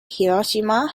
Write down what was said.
hiroshima